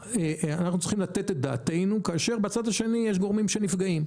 אנחנו צריכים לתת את דעתנו כאשר בצד השני יש גורמים שנפגעים?